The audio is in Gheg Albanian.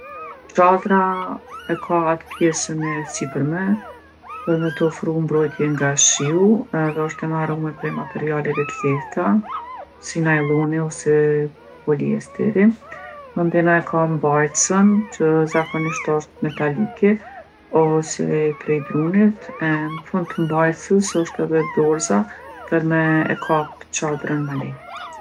Çadra e ka atë pjesën e sipërme për me t'ofru mbrojtje nga shiu edhe osht e marume prej materialeve t'lehta, si najlloni ose poliesteri. Mandena e ka mbajtsen, që zakonisht osht metalike ose prej drunit, e në fund të mbajtsës osht edhe dorza për me e kap çadren ma lehtë.